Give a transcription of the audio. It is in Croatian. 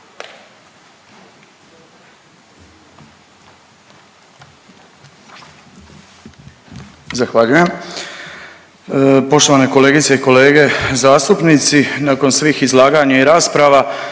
Zahvaljujem. Poštovane kolegice i kolege zastupnici nakon svih izlaganja i rasprava